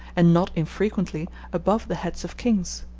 and not infrequently above the heads of kings.